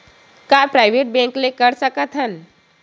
का private bank ले कर सकत हन?